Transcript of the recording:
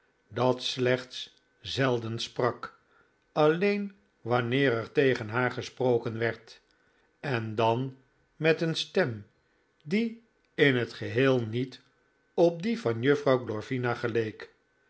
dat slechts zelden sprak alleen wanneer er tegen haar gesproken werd en dan met een stem die in het geheel niet op die van juffrouw glorvina geleek